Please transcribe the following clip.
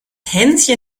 hänschen